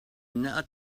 not